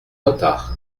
retard